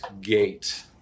gate